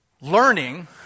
learning